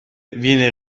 viene